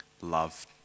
love